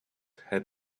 had